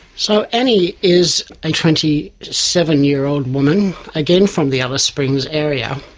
so annie is a twenty seven year old woman, again from the alice springs area.